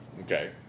Okay